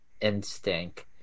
instinct